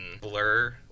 blur